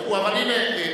אבל הנה,